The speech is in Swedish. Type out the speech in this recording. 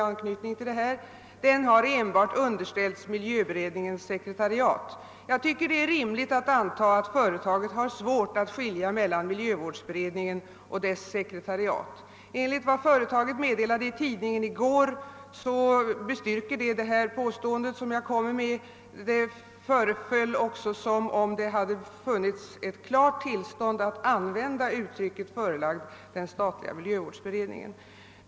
Den har enbart underställts miljövårdsberedningens sekretariat.» Jag tycker det är rimligt att anta att företaget har haft svårt att skilja mel: lan miljövårdsberedningen och dess sekretariat. Vad företaget meddelade i tidningen i går bestyrker mitt påstående. Det förefaller också som om det hade funnits ett klart tillstånd för företaget att använda uttrycket »förelagd den statliga miljövårdsberedningen>.